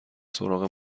سراغ